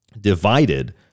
divided